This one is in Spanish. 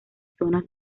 zonas